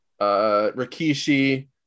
Rikishi